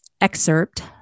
excerpt